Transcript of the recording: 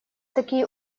такие